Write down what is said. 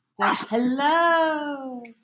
hello